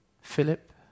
Philip